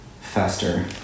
faster